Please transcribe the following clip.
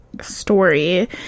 story